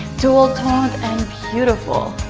dual toned and beautiful.